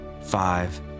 five